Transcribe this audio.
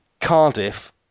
Cardiff